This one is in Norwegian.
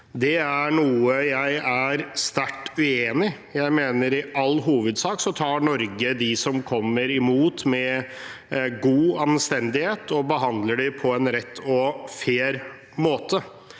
Det er noe jeg er sterkt uenig i. Jeg mener at i all hovedsak tar Norge imot dem som kommer, med god anstendighet og behandler dem på en rett og fair måte.